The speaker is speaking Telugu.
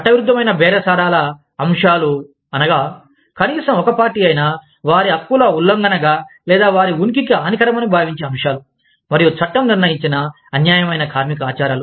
చట్టవిరుద్ధమైన బేరసారాల అంశాలు అనగా కనీసం ఒక పార్టీ అయినా వారి హక్కుల ఉల్లంఘనగా లేదా వారి ఉనికికి హానికరమని భావించే అంశాలు మరియు చట్టం నిర్ణయించిన అన్యాయమైన కార్మిక ఆచారాలు